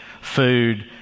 food